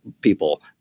people